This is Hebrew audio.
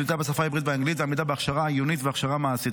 שליטה בשפה העברית והאנגלית ועמידה בהכשרה עיונית והכשרה מעשית.